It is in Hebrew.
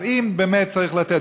אז אם באמת צריך לתת,